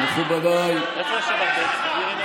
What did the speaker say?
תתבייש לך.